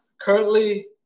currently